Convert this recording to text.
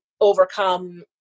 overcome